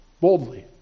boldly